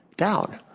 down.